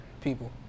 people